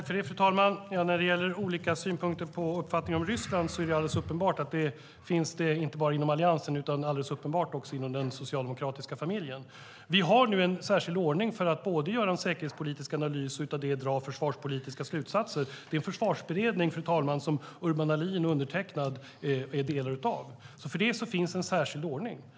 Fru talman! När det gäller olika synpunkter på och uppfattningar om Ryssland är det alldeles uppenbart att detta inte bara finns inom Alliansen utan också inom den socialdemokratiska familjen. Vi har nu en särskild ordning för att både göra en säkerhetspolitisk analys och av detta dra försvarspolitiska slutsatser. Den försvarsberedning som Urban Ahlin har undertecknat, fru talman, är en del av detta. För det finns alltså en särskild ordning.